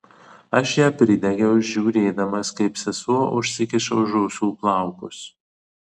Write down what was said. aš ją pridegiau žiūrėdamas kaip sesuo užsikiša už ausų plaukus